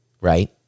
Right